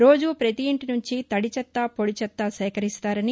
రోజూ పతి ఇంటి నుంచి తడి చెత్త పొడి చెత్త సేకరిస్తారని